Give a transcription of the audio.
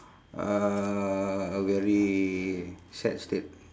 uh a very sad state